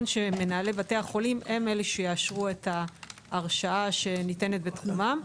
שמנהלי בתי החולים הם אלה שיאשרו את ההרשאה שניתנת בתחומם.